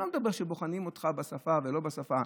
אני לא מדבר על כך שבוחנים אותך בשפה ולא בשפה,